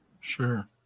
Sure